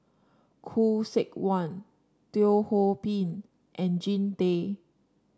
Khoo Seok Wan Teo Ho Pin and Jean Tay